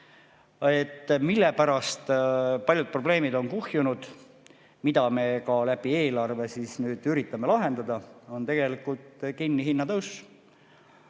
mille pärast paljud probleemid on kuhjunud, ja mida me ka eelarvega nüüd üritame lahendada, on tegelikult kinni hinnatõusus.